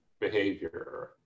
behavior